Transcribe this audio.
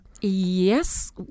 Yes